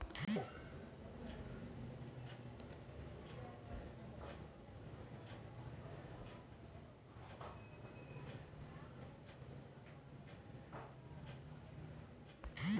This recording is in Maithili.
वन संपदाक संरक्षण आ विकास लेल जंगल केर भूमिकेँ वन्य जीव राष्ट्रीय उद्यान घोषित कएल जाए